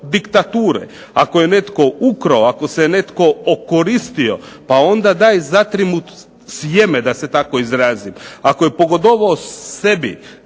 diktature. Ako je netko ukrao, ako se netko okoristio pa onda daj zakrij mu sjene da se tako izrazim. Ako je pogodovao sebi